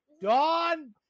Dawn